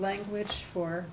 language for